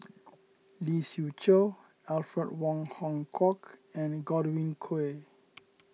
Lee Siew Choh Alfred Wong Hong Kwok and Godwin Koay